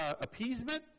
appeasement